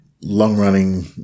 long-running